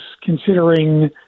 considering